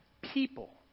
people